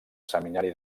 seminari